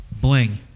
Bling